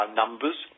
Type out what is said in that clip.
numbers